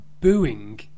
booing